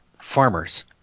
farmers